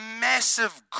massive